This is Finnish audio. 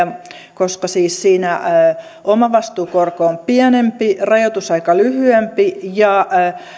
koska siinä siis omavastuukorko on pienempi rajoitusaika lyhyempi ja